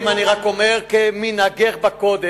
אני לא מאשים, אני רק אומר: כמנהגך בקודש,